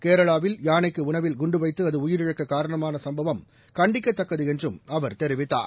கேரளாவில் யானைக்குஉணவில் குண்டுவைத்துஅதுஉயிரிழக்ககாரணமாகசம்பவம் கண்டிக்கத்தக்கதுஎன்றும் அவர் தெரிவித்தார்